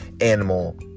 animal